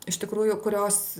iš tikrųjų kurios